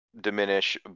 diminish